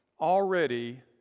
already